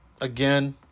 again